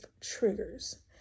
triggers